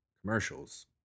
commercials